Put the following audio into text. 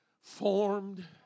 formed